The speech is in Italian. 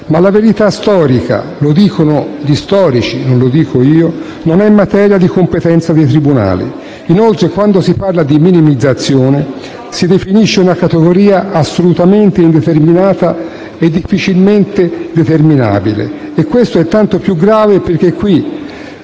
ma la verità storica - lo dicono gli storici e non io - non è materia di competenza dei tribunali. Inoltre, quando si parla di minimizzazione, si definisce una categoria assolutamente indeterminata e difficilmente determinabile. Ciò è tanto più grave perché qui